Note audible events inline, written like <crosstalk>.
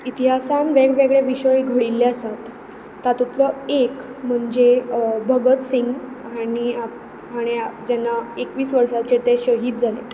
इतिहासांत वेग वेगऴे विशय घडिल्ले आसात तातुंतलो एक म्हणजे भगत सिंह हांणी <unintelligible> हांणी जेन्ना एकवीस वर्सांचेर ते शहीद जाले